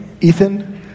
Ethan